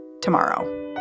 tomorrow